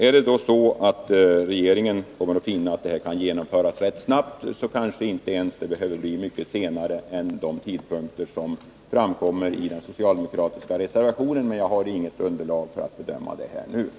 Är det då så att regeringen finner att det här kan genomföras rätt snabbt, kanske det inte ens behöver bli mycket senare än vad som föreslås i den socialdemokratiska reservationen. Jag har dock inget underlag för att bedöma detta just nu.